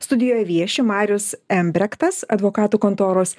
studijoj vieši marius embrektas advokatų kontoros